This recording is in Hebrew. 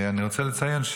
אני רוצה לציין,